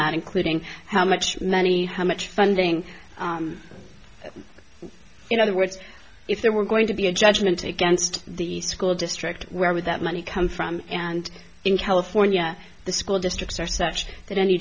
that including how much money how much funding in other words if there were going to be a judgment against the school district where with that money come from and in california the school districts are such that any